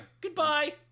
goodbye